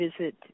visit